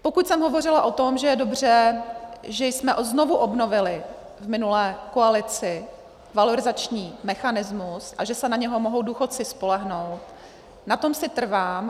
Pokud jsem hovořila o tom, že je dobře, že jsme znovu obnovili v minulé koalici valorizační mechanismus a že se na něj mohou důchodci spolehnout, na tom si trvám.